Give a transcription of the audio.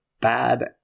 bad